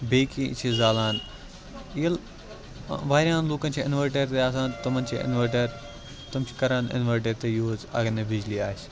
بیٚیہِ کیٚنٛہہ چھِ زالان ییٚلہِ ٲں واریاہَن لوٗکَن چھِ اِنوٲرٹَر تہِ آسان تِمَن چھِ اِنوٲرٹَر تِم چھِ کَران اِنوٲرٹَر تہِ یوٗز اَگر نہٕ بجلی آسہِ